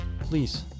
Please